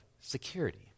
security